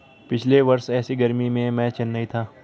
पिछले वर्ष ऐसी गर्मी में मैं चेन्नई में था